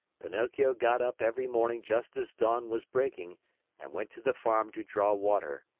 pinocchio got up every morning just as dawn was breaking and went to the farm to draw water.